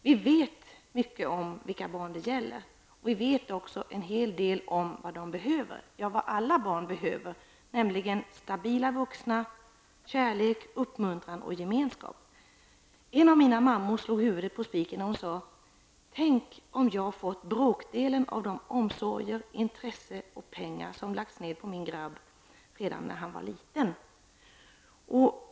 Vi vet mycket om vilka barn det gäller och också en hel del om vad de behöver -- ja, vad alla barn behöver -- nämligen stabila vuxna, kärlek, uppmuntran och gemenskap. En av de mammor som jag varit i kontakt med slog huvudet på spiken när hon sade: Tänk om jag fått bråkdelen av de omsorger, intresse och pengar som lagts ner på min grabb redan när han var liten.